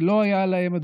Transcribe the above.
זה לא היה להם קל,